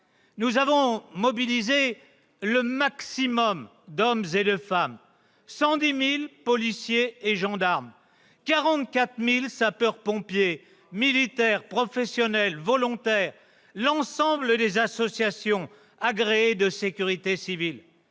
Nous avons mobilisé le maximum d'hommes et de femmes : 110 000 policiers et gendarmes, 44 000 sapeurs-pompiers, militaires et volontaires, l'ensemble des associations agréées de sécurité civile.